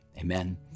Amen